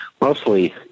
mostly